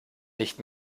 nicht